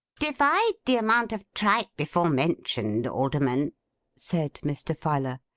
divide the amount of tripe before-mentioned, alderman said mr. filer,